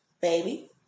Baby